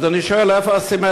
אז אני שואל, איפה הסימטריה?